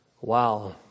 Wow